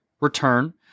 return